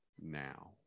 now